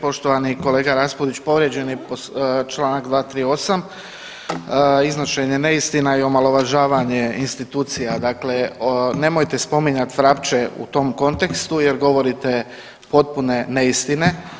Poštovani kolega Raspudić, povrijeđen je čl. 238., iznošenje neistina i omalovažavanje institucija, dakle nemojte spominjat Vrapče u tom kontekstu jer govorite potpune neistine.